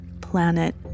planet